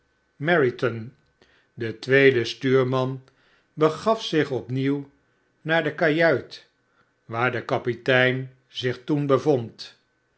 de tweede stuurman begaf zich opnieuw naar de kajuit waar de kapitein zich toen bevond